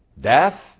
death